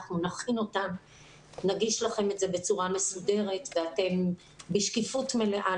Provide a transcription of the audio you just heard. אנחנו נכין אותם ונגיש לכם אותם בצורה מסודרת ובשקיפות מלאה,